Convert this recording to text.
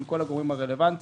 עם כל הגורמים הרלוונטיים.